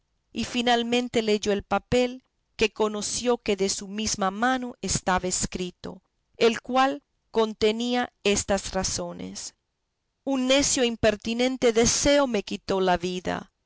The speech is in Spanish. y finalmente leyó el papel que conoció que de su mesma mano estaba escrito el cual contenía estas razones un necio e impertinente deseo me quitó la vida